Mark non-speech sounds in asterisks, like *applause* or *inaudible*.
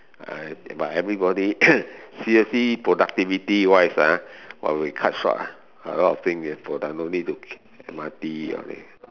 uh but everybody *coughs* seriously productivity wise ah !wah! will cut short ah a lot of things will no need to M_R_T all this